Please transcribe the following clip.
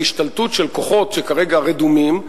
להשתלטות של כוחות שכרגע רדומים,